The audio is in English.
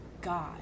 God